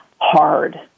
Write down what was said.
hard